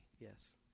yes